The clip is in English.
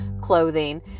clothing